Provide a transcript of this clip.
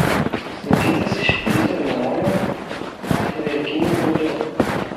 statytas iš plytų ir molio fachverkiniu būdu